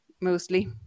mostly